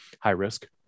high-risk